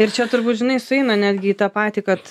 ir čia turbūt žinai sueina netgi į tą patį kad